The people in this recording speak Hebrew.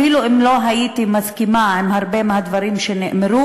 אפילו אם לא הסכמתי עם הרבה מהדברים שנאמרו,